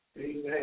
Amen